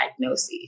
diagnosis